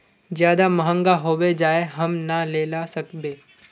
ज्यादा महंगा होबे जाए हम ना लेला सकेबे?